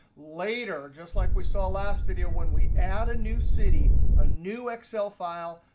later, just like we saw last video, when we add a new city, a new excel file,